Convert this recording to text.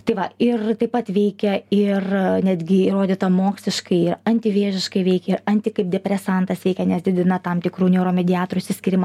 tai va ir taip pat veikia ir netgi įrodyta moksliškai ir antivėžiškai veikia ir anti kaip depresantas veikia nes didina tam tikrų neuromediatorių išsiskyrimą